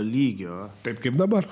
lygio tarkim dabar